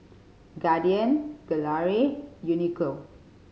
Guardian Gelare Uniqlo